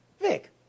Vic